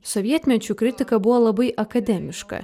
sovietmečiu kritika buvo labai akademiška